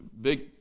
big